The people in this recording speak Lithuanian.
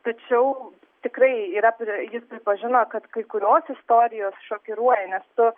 tačiau tikrai yra pri jis pripažino kad kai kurios istorijos šokiruoja nes tu